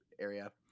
area